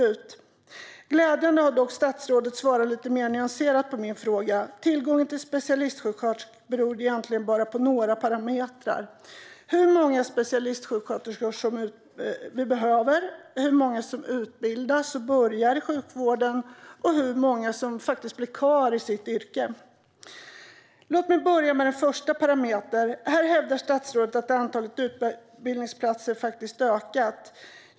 Det är dock glädjande att statsrådet har svarat lite mer nyanserat på min fråga. Tillgången på specialistsjuksköterskor beror egentligen bara på några parametrar: hur många specialistsjuksköterskor vi behöver, hur många som utbildas och börjar arbeta i sjukvården och hur många som faktiskt stannar kvar i sitt yrke. Låt mig börja med den första parametern. Statsrådet hävdar att antalet utbildningsplatser har ökat.